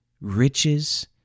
riches